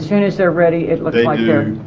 soon as they're ready it but yeah